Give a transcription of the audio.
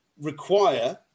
require